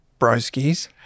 broskies